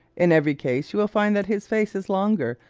in every case you will find that his face is longer,